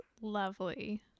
lovely